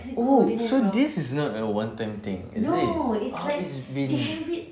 oh so this is not a one time thing is it ah it's been